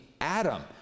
Adam